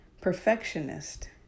perfectionist